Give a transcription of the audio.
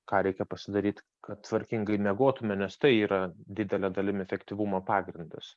ką reikia pasidaryt kad tvarkingai miegotume nes tai yra didele dalimi efektyvumo pagrindas